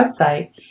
website